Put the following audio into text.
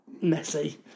messy